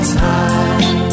time